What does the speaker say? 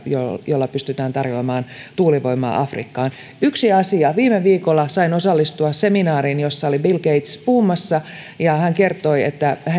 jolla pystytään tarjoamaan tuulivoimaa afrikkaan yksi asia viime viikolla sain osallistua seminaariin jossa oli bill gates puhumassa ja hän kertoi että